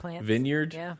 vineyard